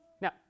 Now